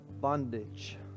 bondage